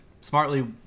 smartly